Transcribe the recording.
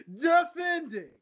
defending